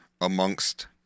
amongst